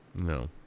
No